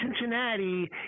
Cincinnati